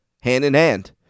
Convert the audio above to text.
hand-in-hand